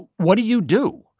what do you do?